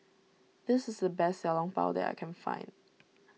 this is the best Xiao Long Bao that I can find